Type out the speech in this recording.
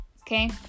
okay